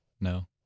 No